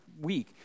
week